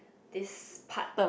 this part